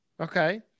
Okay